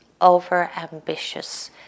over-ambitious